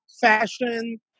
fashion